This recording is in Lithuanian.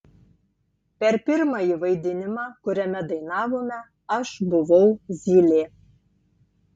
per pirmąjį vaidinimą kuriame dainavome aš buvau zylė